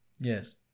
Yes